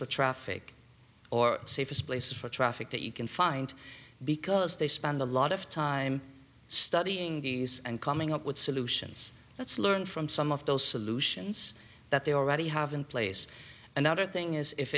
for traffic or safest places for traffic that you can find because they spend a lot of time studying these and coming up with solutions let's learn from some of those solutions that they already have in place another thing is if